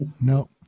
No